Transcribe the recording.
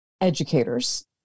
educators